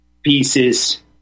Pieces